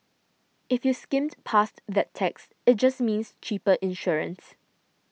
if you skimmed past that text it just means cheaper insurance